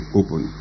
open